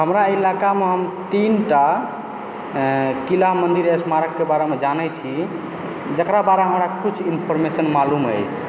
हमरा इलाकामऽ हम तीनटा किला मन्दिर स्मारकके बारेमे जानै छी जेकरा बारेमे हमरा किछु इन्फॉर्मेशन मालूम अछि